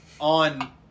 on